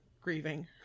grieving